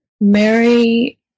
Mary